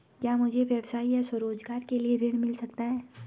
क्या मुझे व्यवसाय या स्वरोज़गार के लिए ऋण मिल सकता है?